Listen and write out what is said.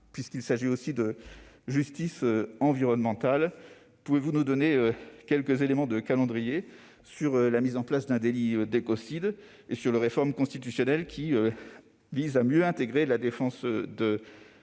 puisqu'il s'agit de justice environnementale, pourriez-vous nous donner quelques éléments de calendrier sur la mise en place d'un délit d'écocide et sur le référendum constitutionnel qui vise à mieux intégrer la défense de la planète